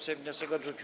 Sejm wniosek odrzucił.